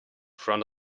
front